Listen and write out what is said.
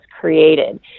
created